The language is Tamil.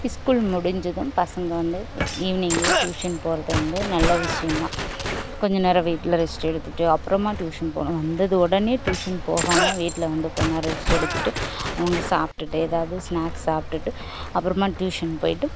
இஸ்கூல் முடிஞ்சதும் பசங்கள் வந்து ஈவ்னிங்கில் டியூஷன் போவது வந்து நல்ல விஷயம் தான் கொஞ்சம் நேரம் வீட்டில் ரெஸ்ட் எடுத்துகிட்டு அப்புறமா டியூஷன் போகணும் வந்தது உடனே டியூஷன் போகாமல் வீட்டில் வந்து கொஞ்சம் நேரம் ரெஸ்ட் எடுத்துகிட்டு அவங்க சாப்பிட்டுட்டு ஏதாவுது ஸ்நாக்ஸ் சாப்பிட்டுட்டு அப்புறமா டியூஷன் போய்விட்டு